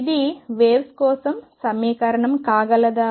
ఇది వేవ్స్ కోసం సమీకరణం కాగలదా